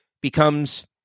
becomes